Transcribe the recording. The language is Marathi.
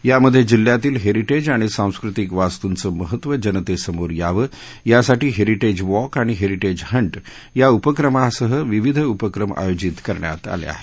यामध्ये जिल्ह्यातील हेरीटेज आणि सांस्कृतिक वास्तूंचं महत्व जनतेसमोर यावं यासाठी हेरिटेज वॉक आणि हेरिटेज हंट या उपक्रमासह विविध उपक्रम आयोजित करण्यात आले आहेत